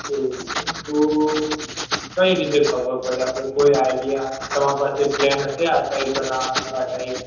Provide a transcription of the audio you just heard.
એવું છે તો કઈ રીતે ખબર પડે આપણે કોઈ આઇડિયા તમારા પાસે પ્લાન હશે આ ટાઇપ બનાવવાનું આ ટાઇપ